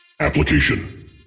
application